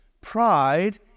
Pride